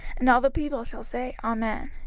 and all the people shall say, amen.